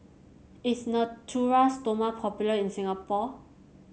is Natura Stoma popular in Singapore